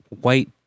white